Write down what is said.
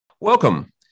Welcome